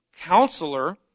counselor